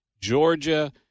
Georgia